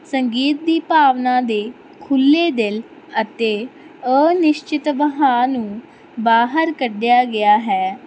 ਸੰਗੀਤ ਦੀ ਭਾਵਨਾ ਦੇ ਖੁੱਲ੍ਹੇ ਦਿਲ ਅਤੇ ਅਨਿਸ਼ਚਿਤ ਵਹਾਅ ਨੂੰ ਬਾਹਰ ਕੱਢਿਆ ਗਿਆ ਹੈ